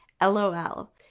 LOL